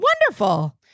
Wonderful